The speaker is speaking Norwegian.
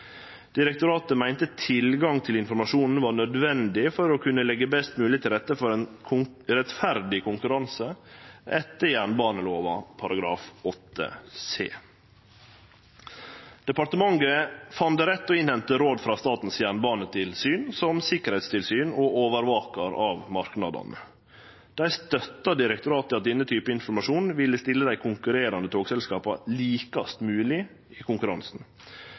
Direktoratet meinte tilgang til informasjonen var nødvendig for å kunne leggje best mogleg til rette for ein rettferdig konkurranse, etter jernbanelova § 8 c. Departementet fann det rett å innhente råd frå Statens jernbanetilsyn som sikkerheitstilsyn og overvakar av marknadane. Dei støtta direktoratet i at denne typen informasjon ville stille dei konkurrerande togselskapa likast mogleg i konkurransen.